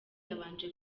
yabanje